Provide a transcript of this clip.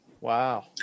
Wow